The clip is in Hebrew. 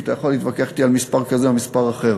ואתה יכול להתווכח אתי על מספר כזה או מספר אחר.